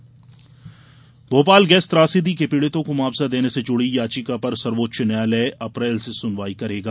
gas त्रासदी मुआवजा Bhopal gas त्रासदी के पीड़ितों को मुआवजा देने से जुड़ी याचिका पर सर्वोच्च न्यायालय अप्रैल से सुनवाई करेगा